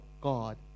God